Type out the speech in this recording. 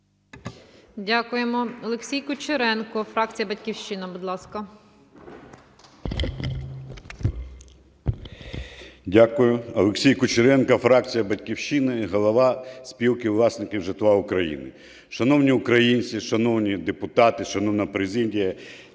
Дякую. Олексій Кучеренко, фракція "Батьківщина", голова Спілки власників житла України. Шановні українці, шановні депутати, шановна президія!